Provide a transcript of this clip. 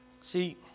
See